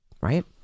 right